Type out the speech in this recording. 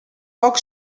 poc